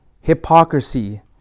hypocrisy